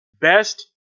Best